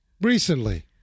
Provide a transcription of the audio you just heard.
recently